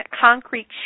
concrete